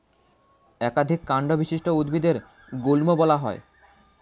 একাধিক কান্ড বিশিষ্ট উদ্ভিদদের গুল্ম বলা হয়